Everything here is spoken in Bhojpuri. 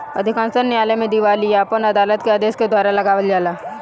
अधिकांश न्यायालय में दिवालियापन अदालत के आदेश के द्वारा लगावल जाला